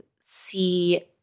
see